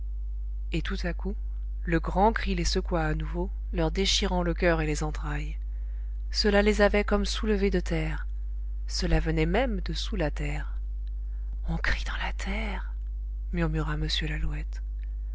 et tout à coup le grand cri les secoua à nouveau leur déchirant le coeur et les entrailles cela les avait comme soulevés de terre cela venait même de sous la terre on crie dans la terre murmura m lalouette